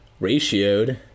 ratioed